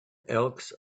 elks